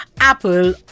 Apple